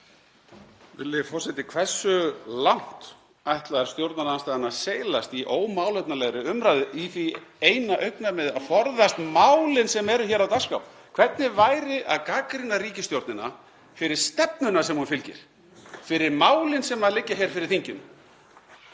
forseti. Hversu langt ætlar stjórnarandstaðan að seilast í ómálefnalegri umræðu í því eina augnamiði að forðast málin sem eru hér á dagskrá? Hvernig væri að gagnrýna ríkisstjórnina fyrir stefnuna sem hún fylgir, fyrir málin sem liggja hér fyrir þinginu?